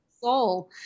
soul